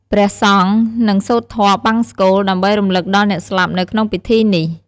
ព្រះសង្ឃនឹង សូត្រធម៌បង្សុកូល ដើម្បីរំលឹកដល់អ្នកស្លាប់នៅក្នុងពិធីនេះ។